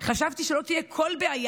חשבתי שלא תהיה כל בעיה,